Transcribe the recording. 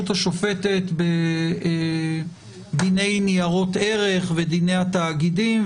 השופטת בדיני ניירות ערך ודיני התאגידים.